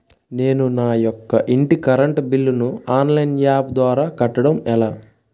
నేను నా యెక్క ఇంటి కరెంట్ బిల్ ను ఆన్లైన్ యాప్ ద్వారా కట్టడం ఎలా?